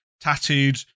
tattooed